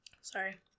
Sorry